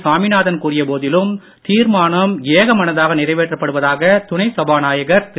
சாமிநாதன் கூறிய போதிலும் தீர்மானம் ஏகமனதாக நிறைவேற்றப் படுவதாக துணை சபாநாயகர் திரு